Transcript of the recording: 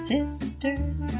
Sisters